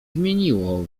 zmieniło